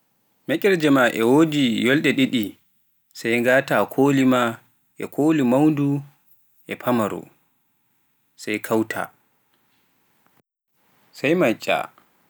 mekerje e wodi nyonde ɗiɗi sai ngataa koli maa, e koli mawnde da famaare sai machchaa.